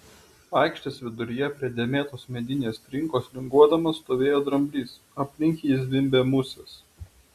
aikštės viduryje prie dėmėtos medinės trinkos linguodamas stovėjo dramblys aplink jį zvimbė musės